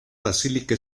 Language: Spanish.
basílica